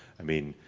i mean,